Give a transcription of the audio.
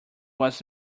was